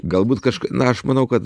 galbūt na aš manau kad